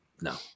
no